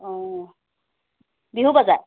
অঁ বিহু বজাৰ